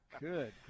Good